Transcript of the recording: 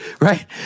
right